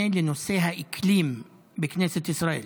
לנושא האקלים בכנסת ישראל.